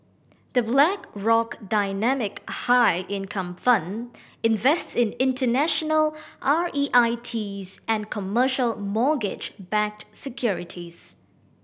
The Blackrock Dynamic High Income Fund invests in international R E I Ts and commercial mortgage backed securities